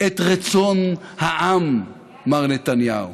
את רצון העם, מר נתניהו.